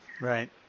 Right